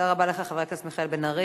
תודה רבה לך, חבר הכנסת מיכאל בן-ארי.